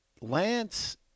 Lance